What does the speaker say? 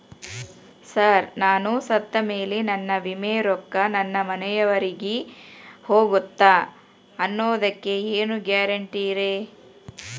Sir ನಾನು ಸತ್ತಮೇಲೆ ನನ್ನ ವಿಮೆ ರೊಕ್ಕಾ ನನ್ನ ಮನೆಯವರಿಗಿ ಹೋಗುತ್ತಾ ಅನ್ನೊದಕ್ಕೆ ಏನ್ ಗ್ಯಾರಂಟಿ ರೇ?